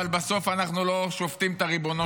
אבל בסוף אנחנו לא שופטים את ריבונו